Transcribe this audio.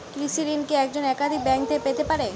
কৃষিঋণ কি একজন একাধিক ব্যাঙ্ক থেকে পেতে পারে?